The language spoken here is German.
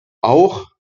auch